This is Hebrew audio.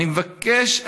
אני מבקש,